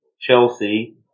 Chelsea